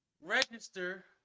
register